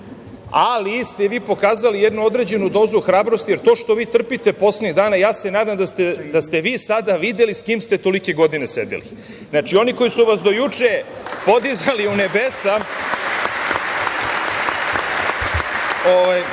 ali ste vi pokazali jednu određenu dozu hrabrosti, jer to što vi trpite poslednjih dana, ja se nadam da ste vi sada videli sa kim ste tolike godine sedeli. Znači, oni koji su vas do juče podizali u nebesa